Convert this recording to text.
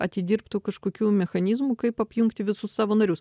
atidirbtų kažkokių mechanizmų kaip apjungti visus savo narius